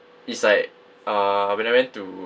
is like uh when I went to